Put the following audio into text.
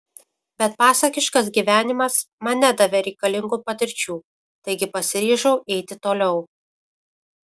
bet pasakiškas gyvenimas man nedavė reikalingų patirčių taigi pasiryžau eiti toliau